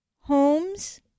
homes